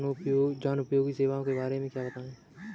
जनोपयोगी सेवाओं के बारे में बताएँ?